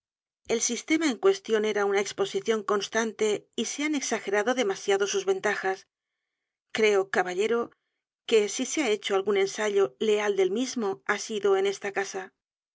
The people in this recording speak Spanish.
el sistema en cuestión era una exposición constante y se han exagerado demasiado sus ventajas creo caballero que si se ha hecho algún ensayo leal del mismo ha sido en esta casa